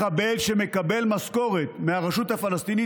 מחבל שמקבל משכורת מהרשות הפלסטינית,